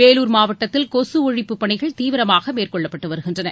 வேலுார் மாவட்டத்தில் கொசு ஒழிப்பு பணிகள் தீவிரமாக மேற்கொள்ளப்பட்டு வருகின்றன